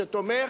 שתומך,